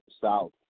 South